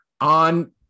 on